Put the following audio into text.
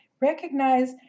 Recognize